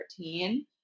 2013